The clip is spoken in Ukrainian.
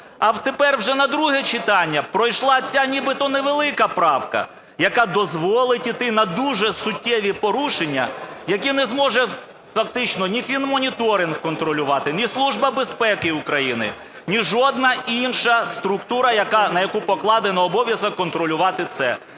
А тепер вже на друге читання пройшла ця нібито невелика правка, яка дозволить іти на дуже суттєві порушення, які не зможе фактично ні фінмоніторинг контролювати, ні Служба безпеки Україні, ні жодна інша структура, на яку покладено обов'язок контролювати це.